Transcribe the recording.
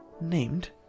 named